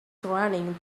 surrounding